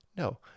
No